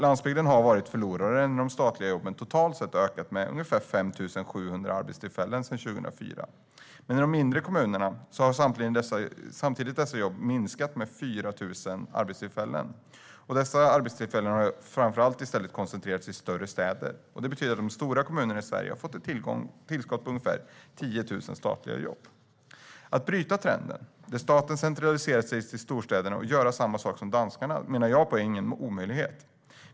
Landsbygden har varit förlorare när de statliga jobben totalt sett har ökat med ungefär 5 700 arbetstillfällen sedan 2004. I de mindre kommunerna har dessa jobb samtidigt minskat med 4 000 arbetstillfällen. Arbetstillfällena har i stället framför allt koncentrerats till större städer. Det betyder att de stora kommunerna har fått ett tillskott på ungefär 10 000 statliga jobb. Att bryta trenden där staten centraliserat sig till storstäderna och göra samma sak som danskarna är, menar jag, ingen omöjlighet.